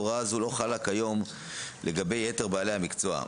הוראה זו לא חלה כיום לגבי יתר בעלי המקצוע.